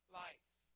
life